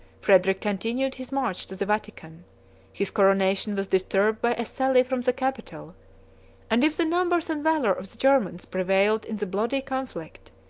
frederic continued his march to the vatican his coronation was disturbed by a sally from the capitol and if the numbers and valor of the germans prevailed in the bloody conflict,